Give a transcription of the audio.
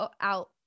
out